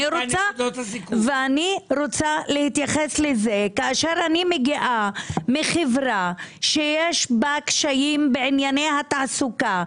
ואני רוצה להתייחס לזה כשאני מגיעה מחברה שיש בה קשיים בענייני התעסוקה,